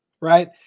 right